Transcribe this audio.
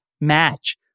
match